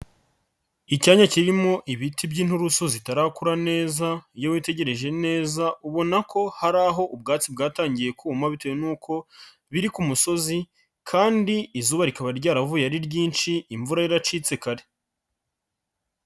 Icyanya kirimo ibiti by'inturusu zitarakura neza iyo witegereje neza ubona ko hari aho ubwatsi bwatangiye kuma bitewe n'uko biri ku musozi kandi izuba rikaba ryaravuye ari ryinshi imvura yaracitse kare.